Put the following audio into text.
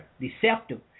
deceptive